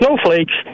snowflakes